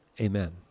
amen